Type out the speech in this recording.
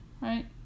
right